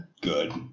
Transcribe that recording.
good